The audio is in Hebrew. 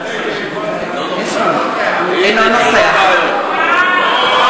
אינו נוכח ישראל כץ,